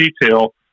detail